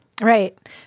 Right